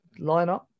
lineup